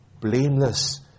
blameless